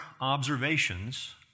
observations